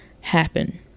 happen